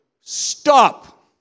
stop